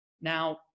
now